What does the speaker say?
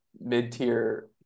mid-tier